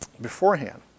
beforehand